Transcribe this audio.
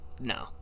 no